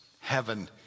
heaven